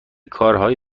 کارهای